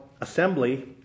Assembly